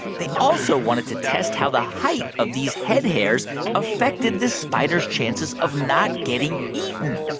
they also wanted to test how the height of these head hairs affected the spider's chances of not getting eaten.